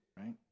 right